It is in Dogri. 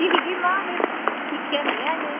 एह् मिगी नां दे दिक्खेआ ऐ निं ऐ अज्ज में